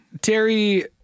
Terry